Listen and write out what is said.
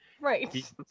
right